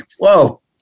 Whoa